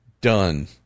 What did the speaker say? done